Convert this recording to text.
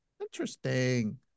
Interesting